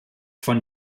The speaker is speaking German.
von